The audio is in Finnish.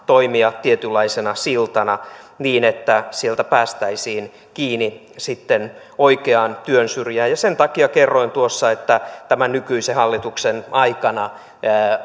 toimia tietynlaisena siltana niin että sieltä päästäisiin kiinni sitten oikean työn syrjään sen takia kerroin tuossa että tämän nykyisen hallituksen aikana